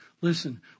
Listen